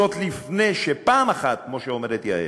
זאת לפני שפעם אחת, כמו שאומרת יעל,